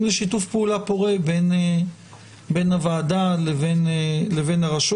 לשיתוף פעולה פורה בין הוועדה לבין הרשות.